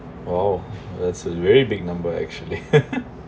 !wow! that's a very big number actually